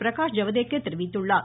பிரகாஷ் ஜவ்டேகர் தெரிவித்துள்ளார்